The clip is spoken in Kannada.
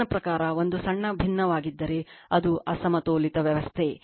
ನನ್ನ ಪ್ರಕಾರ ಒಂದು ಸ್ವಲ್ಪ ಭಿನ್ನವಾಗಿದ್ದರೆ ಅದು ಅಸಮತೋಲಿತ ವ್ಯವಸ್ಥೆ